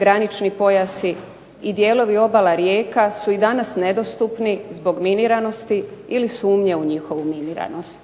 granični pojasi i dijelovi obala rijeka su i danas nedostupni zbog miniranosti ili sumnje u njihovu miniranost.